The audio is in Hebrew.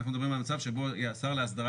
אנחנו מדברים על מצב שבו השר להסדרה